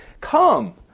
Come